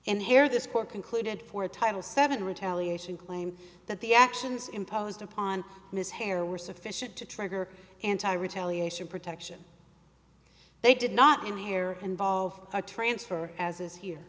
and here this court concluded for title seven retaliation claim that the actions imposed upon his hair were sufficient to trigger anti retaliation protection they did not and here involve a transfer as is here